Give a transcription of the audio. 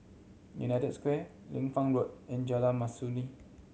United Square Liu Fang Road and Jalan Mastuli